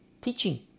teaching